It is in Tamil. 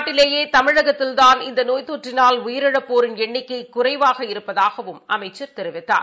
நாட்டிலேயேதமிழகத்தில்தான் இந்தநோய் தொற்றினால் உயிரிழப்போரின் எண்ணிக்கைகுறைவாக இருப்பதாகவும் அமைச்சர் தெரிவித்தார்